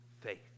faith